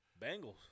Bengals